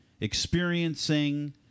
experiencing